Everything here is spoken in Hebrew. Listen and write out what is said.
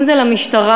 אם למשטרה,